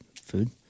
food